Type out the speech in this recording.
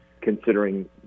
considering